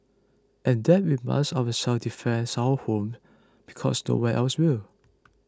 and that we must ourselves defend our home because no one else will